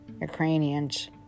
Ukrainians